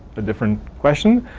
a different question.